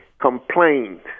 complained